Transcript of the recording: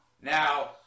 Now